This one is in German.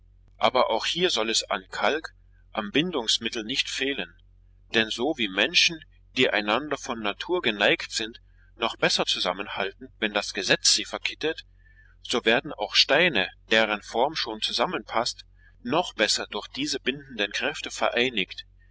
aber auch hier soll es am kalk am bindungsmittel nicht fehlen denn so wie menschen die einander von natur geneigt sind noch besser zusammenhalten wenn das gesetz sie verkittet so werden auch steine deren form schon zusammenpaßt noch besser durch diese bindenden kräfte vereinigt